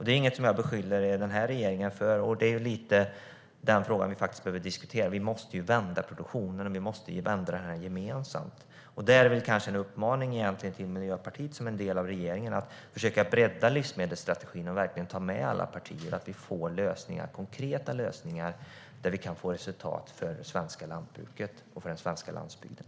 Det är inget som jag beskyller den här regeringen för, men det är lite grann den frågan som vi behöver diskutera. Vi måste vända produktionen och vända den gemensamt. Det är egentligen en uppmaning till Miljöpartiet, som en del av regeringen, att försöka bredda livsmedelsstrategin och verkligen ta med alla partier, så att vi får konkreta lösningar där vi kan få resultat för det svenska lantbruket och för den svenska landsbygden.